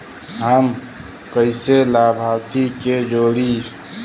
हम कइसे लाभार्थी के जोड़ी?